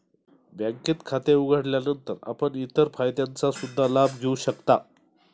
बँकेत खाते उघडल्यानंतर आपण इतर फायद्यांचा सुद्धा लाभ घेऊ शकता